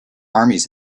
armies